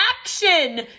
action